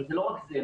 זה לא רק זה,